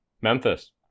Memphis